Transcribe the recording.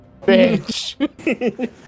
bitch